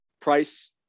price